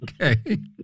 Okay